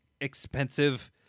expensive